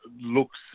looks